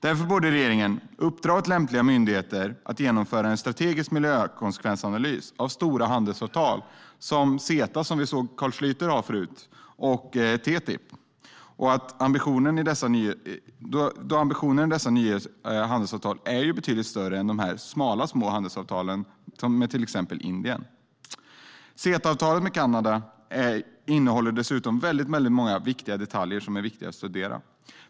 Därför borde regeringen uppdra åt lämpliga myndigheter att genomföra en strategisk miljökonsekvensanalys av stora handelsavtal såsom CETA, som vi hörde Carl Schlyter tala om förut, och TTIP. Ambitionen i dessa nya handelsavtal är betydligt större i än de tunna, traditionella handelsavtalen med till exempel Indien. CETA-avtalet med Kanada innehåller dessutom många detaljer som är viktiga att studera.